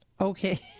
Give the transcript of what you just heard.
Okay